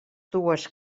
dues